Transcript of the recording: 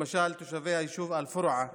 למשל תושבי היישוב אל-פורעה,